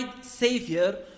Savior